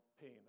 pain